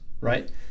right